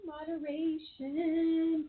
Moderation